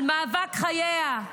על מאבק חייה,